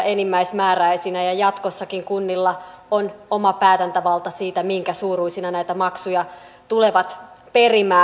jatkossakin kunnilla on oma päätäntävalta siitä minkä suuruisina näitä maksuja tulevat perimään